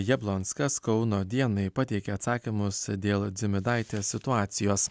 jablonskas kauno dienai pateikė atsakymus dėl dzimidaitės situacijos